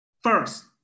first